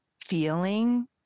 feeling